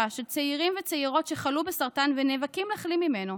של צעירים וצעירות שחלו בסרטן ונאבקים להחלים ממנו,